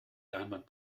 leinwand